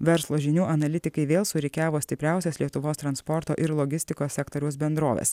verslo žinių analitikai vėl surikiavo stipriausias lietuvos transporto ir logistikos sektoriaus bendroves